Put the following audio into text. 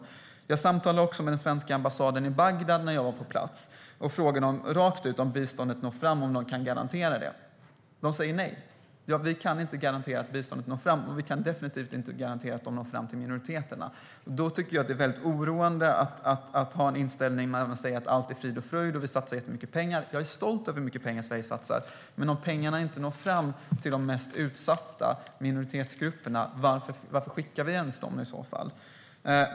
När jag var på plats samtalade jag även med den svenska ambassaden i Bagdad och frågade dem rakt ut om biståndet når fram och om de kan garantera det. De sa nej. De kan inte garantera att biståndet når fram, och de kan definitivt inte garantera att det når fram till minoriteterna. Då tycker jag att det är mycket oroande att ha inställningen att allt är frid och fröjd och att vi satsar jättemycket pengar. Jag är stolt över hur mycket pengar Sverige satsar. Men om pengarna inte når fram till de mest utsatta minoritetsgrupperna, varför skickar vi dem i så fall?